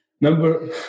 number